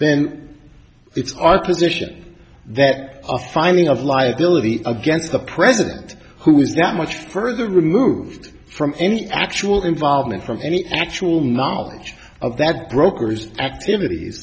then it's our position that a finding of liability against the president who is not much further removed from any actual involvement from any actual knowledge of that brokers activities